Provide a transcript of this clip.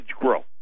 growth